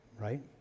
Right